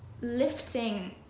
lifting